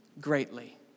greatly